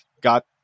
got